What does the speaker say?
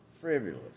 frivolous